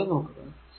അതുപോലെ നോക്കുക